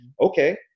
okay